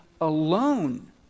alone